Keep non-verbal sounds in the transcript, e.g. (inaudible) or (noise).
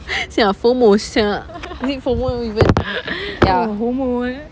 (noise) see ah FOMO sia (noise) FOMO ya